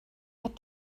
had